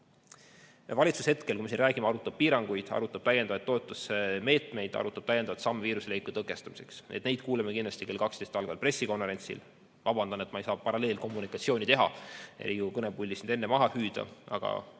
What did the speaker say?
Valitsus hetkel, kui me siin räägime, arutab piiranguid, arutab täiendavaid toetusmeetmeid, arutab täiendavaid samme viiruse leviku tõkestamiseks. Neist me kindlasti kuuleme kell 12 algaval pressikonverentsil. Vabandan, et ma ei saa paralleelkommunikatsiooni teha ja Riigikogu kõnepuldist neid enne maha hüüda, aga